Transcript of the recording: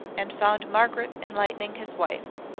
and found margaret enlightening his wife.